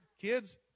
kids